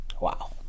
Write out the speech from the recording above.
Wow